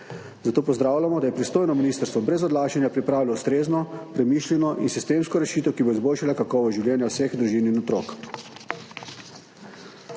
Zato pozdravljamo, da je pristojno ministrstvo brez odlašanja pripravilo ustrezno, premišljeno in sistemsko rešitev, ki bo izboljšala kakovost življenja vseh družin in otrok.